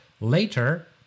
later